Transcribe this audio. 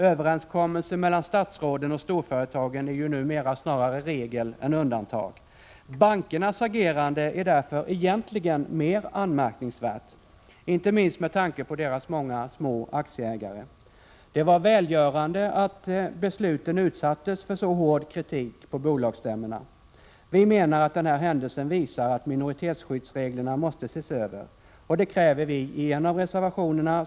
Överenskommelser mellan statsråden och storföretagen är ju numera snarare regel än undantag. Bankernas agerande är därför egentligen mer anmärkningsvärt, inte minst med tanke på deras många små aktieägare. Det var välgörande att besluten utsattes för hård kritik på bolagsstämmorna. Vi menar att den här händelsen visar att minoritetsskyddsreglerna måste ses över. Det kräver vi i en av reservationerna.